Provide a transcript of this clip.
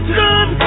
good